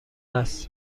است